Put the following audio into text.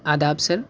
آداب سر